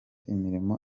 imirimo